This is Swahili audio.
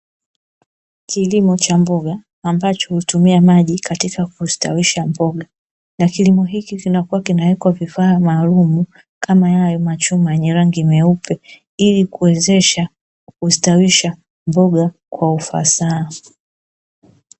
Kilimo cha mboga ambacho hutumia maji katika kustawisha mboga, na kilimo hiki kinawekwa vifaa maalumu kama hayo machuma yenye rangi meupe ili kuwezesha kustawisha mboga kwa ufasaha.